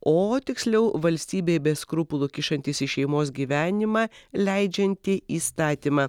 o tiksliau valstybei be skrupulų kyšantis į šeimos gyvenimą leidžiantį įstatymą